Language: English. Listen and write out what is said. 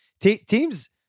teams